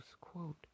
quote